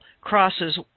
crosses